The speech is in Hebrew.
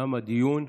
תם הדיון.